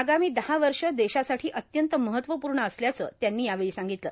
आगामी दहा वर्ष देशासाठी अत्यंत महत्वपूर्ण असल्याचं त्यांनी यावेळी सांगितलं